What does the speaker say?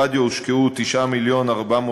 ברדיו הושקעו 9,458,000,